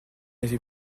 avait